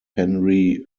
henry